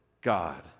God